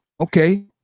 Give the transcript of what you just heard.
Okay